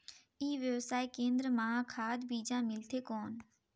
ई व्यवसाय केंद्र मां खाद बीजा मिलथे कौन?